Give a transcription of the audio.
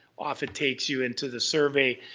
off it takes you into the survey.